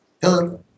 Hello